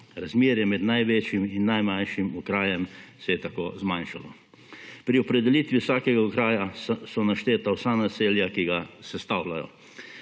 Razmere med največjimi in najmanjšim okrajem se je tako zmanjšalo. Pri opredelitvi vsakega okraja so našteta vsa naselja, ki ga sestavljajo.